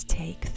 take